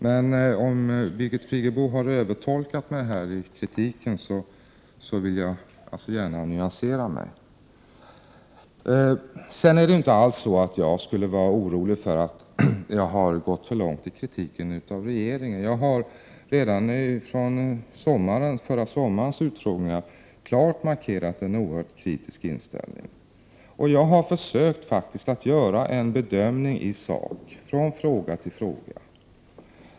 Men om Birgit Friggebo har övertolkat mig i kritiken, vill jag alltså gärna nyansera mig. Sedan är det inte alls så att jag skulle vara orolig för att jag har gått för långt i kritiken av regeringen. Jag har redan från förra sommarens utfrågningar klart markerat en oerhört kritisk inställning. Jag har faktiskt försökt göra en bedömning i sak från fråga till fråga.